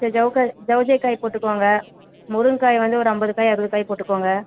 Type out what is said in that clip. சரி சௌவ் ஜெய் காயை போட்டுக்கங்க முருங்கைக்காய வந்து ஒரு ஐம்பது காய் அறுபது காய் போட்டுக்கங்க